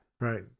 right